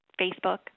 Facebook